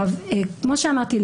כמו שאמרתי,